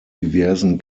diversen